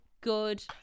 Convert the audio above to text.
good